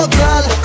girl